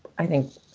i think,